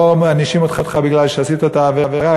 לא מענישים אותך מפני שעשית את העבירה,